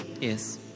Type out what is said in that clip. Yes